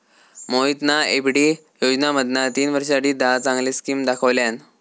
मोहितना एफ.डी योजनांमधना तीन वर्षांसाठी दहा चांगले स्किम दाखवल्यान